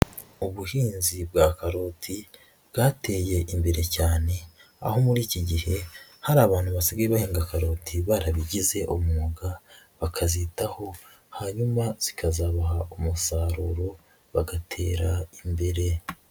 Ubuhinzi bwa karoti bwateye imbere cyane aho muri iki gihe, hari abantu basigaye bahinga karoti barabigize umwuga, bakazitaho hanyuma zikazabaha umusaruro bagatera imbere.